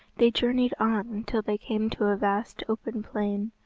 they journeyed on till they came to a vast open plain,